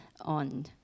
on